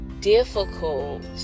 difficult